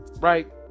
right